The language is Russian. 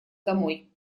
домой